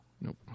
Nope